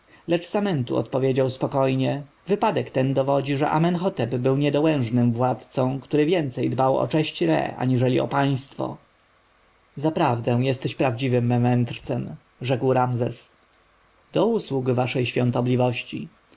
lecz samentu odpowiedział spokojnie wypadek ten dowodzi że amenhotep był niedołężnym władcą który więcej dbał o cześć re aniżeli o państwo zaprawdę jesteś prawdziwym mędrcem rzekł ramzes do usług waszej świątobliwości